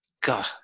god